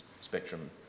spectrum